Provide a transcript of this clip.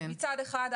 מצד אחד,